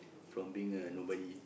from being a nobody